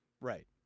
right